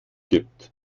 gibt